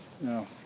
no